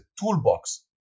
toolbox